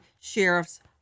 Sheriff's